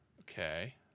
Okay